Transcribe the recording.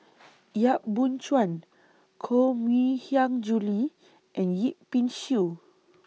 Yap Boon Chuan Koh Mui Hiang Julie and Yip Pin Xiu